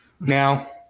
Now